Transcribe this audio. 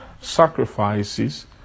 sacrifices